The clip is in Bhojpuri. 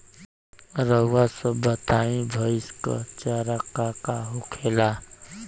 रउआ सभ बताई भईस क चारा का का होखेला?